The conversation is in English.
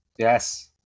Yes